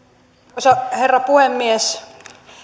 arvoisa herra puhemies